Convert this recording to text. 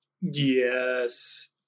Yes